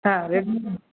হ্যাঁ রেডমি